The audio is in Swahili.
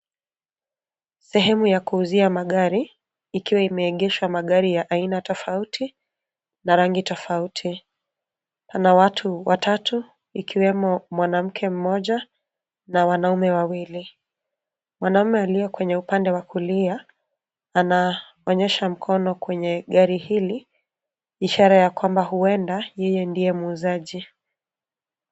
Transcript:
Sehemu ya kuuzia magari ikiwa imeegeshwa magari ya aina tofauti na rangi tofauti. Pana watu watatu ikiwemo mwanamke mmoja na wanaume wawili. Mwanaume alio kwenye upande wa kulia anaonyesha mkono kwenye gari hili ishara ya kwamba huenda yeye ndiye muuzaji.